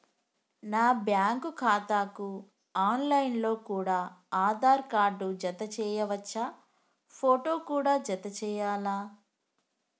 నా బ్యాంకు ఖాతాకు online లో కూడా ఆధార్ కార్డు జత చేయవచ్చా ఫోటో కూడా జత చేయాలా?